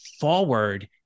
forward